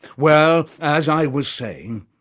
well, as i was saying,